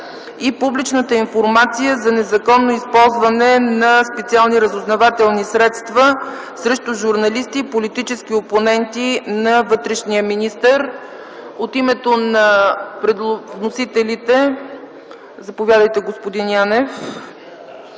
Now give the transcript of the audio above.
и публичната информация за незаконно използване на специални разузнавателни средства срещу журналисти и политически опоненти на вътрешния министър. От името на вносителите - господин Янев,